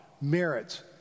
merits